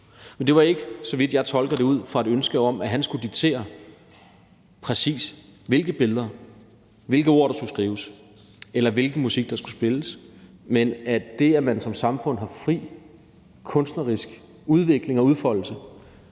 Men det var ikke, så vidt jeg tolker det, ud fra et ønske om, at han skulle diktere, præcis hvilke billeder der skulle males, hvilke ord der skulle skrives, eller hvilken musik der skulle spilles, men fordi det, at man som samfund har fri kunstnerisk udvikling og udfoldelse,